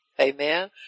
Amen